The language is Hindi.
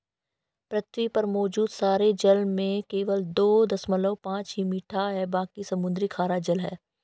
पृथ्वी पर मौजूद सारे जल में केवल दो दशमलव पांच ही मीठा है बाकी समुद्री खारा जल है